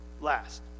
last